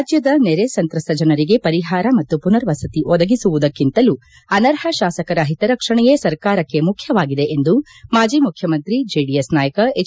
ರಾಜ್ಯದ ನೆರೆ ಸಂತ್ರಸ್ತ ಜನರಿಗೆ ಪರಿಹಾರ ಮತ್ತು ಪುನರ್ವಸತಿ ಒದಗಿಸುವುದಕ್ಕಿಂತಲೂ ಅನರ್ಹ ಶಾಸಕರ ಹಿತರಕ್ಷಣೆಯೇ ಸರ್ಕಾರಕ್ಕೆ ಮುಖ್ಯವಾಗಿದೆ ಎಂದು ಮಾಜಿ ಮುಖ್ಯಮಂತ್ರಿ ಜೆಡಿಎಸ್ ನಾಯಕ ಎಚ್